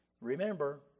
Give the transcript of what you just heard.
Remember